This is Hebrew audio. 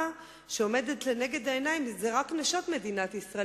שעומדות לנגד העיניים הן רק נשות מדינת ישראל.